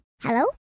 Hello